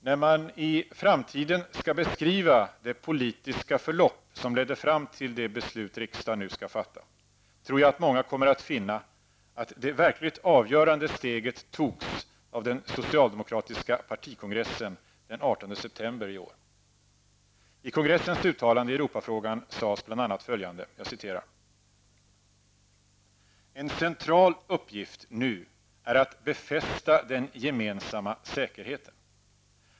När man i framtiden skall beskriva det politiska förlopp som ledde fram till det beslut riksdagen nu skall fatta, tror jag att många kommer att finna att det verkligt avgörande steget togs av den socialdemokratiska partikongressen den 18 ''En central uppgift nu är att befästa den gemensamma säkerheten.